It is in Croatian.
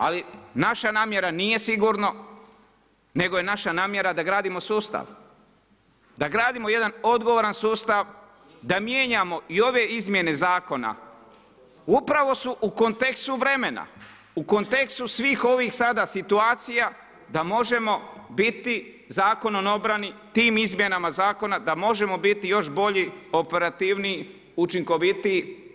Ali naša namjera nije sigurno, nego je naša namjera da gradimo sustav, da gradimo jedan odgovoran sustav, da mijenjamo i ove izmjene zakona upravo su u kontekstu vremena, u kontekstu svih ovih sada situacija, da možemo biti Zakonom o obrani, tim izmjenama zakona da možemo biti još bolji, operativniji, učinkovitiji.